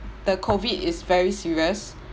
the COVID is very serious